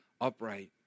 upright